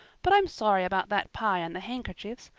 but i'm sorry about that pie and the handkerchiefs.